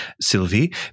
Sylvie